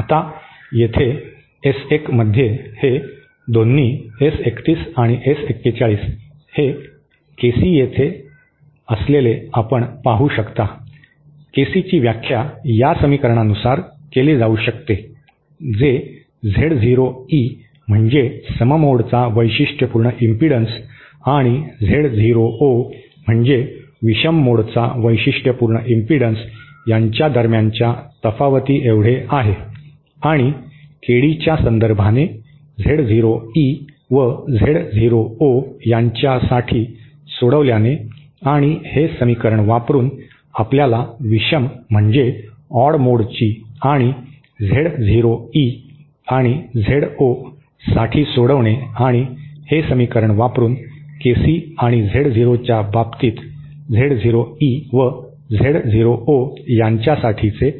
आता येथे एस 1 मध्ये हे दोन्ही एस 31 आणि एस 41 हे केसी येथे असलेले आपण पाहू शकता केसी ची व्याख्या या समीकरणानुसार केले जाऊ शकते जे झेड झिरो ई म्हणजे सम मोडचा वैशिष्ट्यपूर्ण इम्पिडन्स आणि झेड झिरो ओ म्हणजे विषम मोडचा वैशिष्ट्यपूर्ण इम्पिडन्स यांच्या दरम्यानच्या तफावतीएवढे आहे आणि केडीच्या संदर्भाने झेड झिरो ई व झेड झिरो ओ यांच्या साठी सोडवल्याने आणि हे समीकरण वापरून आपल्याला विषम म्हणजे ऑड मोडची आणि झेड झिरो ई आणि झेड ओ साठी सोडवणे आणि हे समीकरण वापरुन केसी आणि झेड झिरो च्या बाबतीत झेड झिरो ई व झेड झिरो ओ यांच्या साठीचे